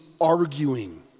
arguing